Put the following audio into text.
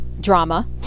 drama